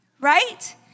right